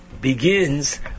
begins